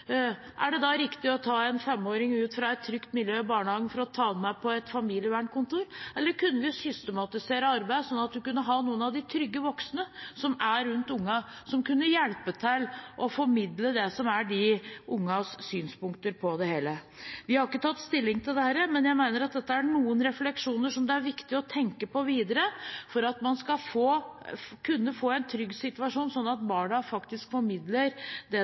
Er det da riktig å ta en 5-åring ut av et trygt miljø i barnehagen for å ta ham med til et familievernkontor, eller kunne man systematisert arbeidet, sånn at man kunne hatt noen av de trygge voksne, som er rundt ungene, som kunne hjulpet til med å formidle det som er ungenes synspunkter på det hele? Vi har ikke tatt stilling til dette, men jeg mener at dette er noen refleksjoner som det er viktig å tenke på videre for at man skal kunne få en trygg situasjon, sånn at barna faktisk får formidlet det